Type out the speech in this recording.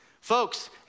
Folks